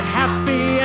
happy